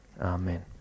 Amen